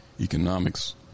economics